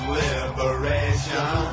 liberation